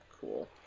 cool